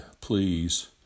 please